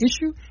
Issue